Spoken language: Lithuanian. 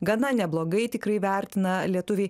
gana neblogai tikrai vertina lietuviai